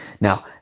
now